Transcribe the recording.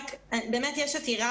יש עתירה